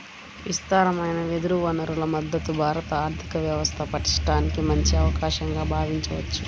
విస్తారమైన వెదురు వనరుల మద్ధతు భారత ఆర్థిక వ్యవస్థ పటిష్టానికి మంచి అవకాశంగా భావించవచ్చు